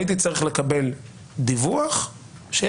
הייתי צריך לקבל דיווח על